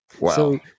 Wow